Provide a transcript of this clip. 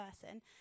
person